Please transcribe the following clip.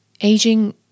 Aging